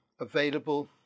available